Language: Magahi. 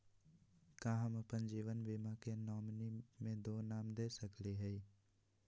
का हम अप्पन जीवन बीमा के नॉमिनी में दो नाम दे सकली हई?